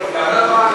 כמוני,